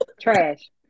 Trash